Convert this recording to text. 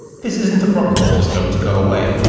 this isn't a problem that's just going to go away.